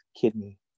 kidney